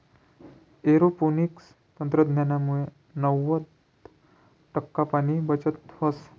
aeroponics तंत्रज्ञानमुये नव्वद टक्का पाणीनी बचत व्हस